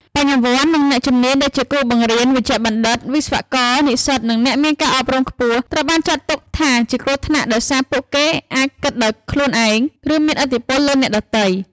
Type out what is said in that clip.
បញ្ញវន្ត និងអ្នកជំនាញ ដែលជាគ្រូបង្រៀន វេជ្ជបណ្ឌិត វិស្វករ និស្សិត និងអ្នកមានការអប់រំខ្ពស់ ត្រូវបានចាត់ទុកថាជាគ្រោះថ្នាក់ ដោយសារពួកគេអាចគិតដោយខ្លួនឯង ឬមានឥទ្ធិពលលើអ្នកដទៃ។